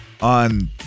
on